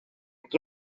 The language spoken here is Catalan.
qui